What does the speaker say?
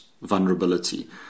vulnerability